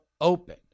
open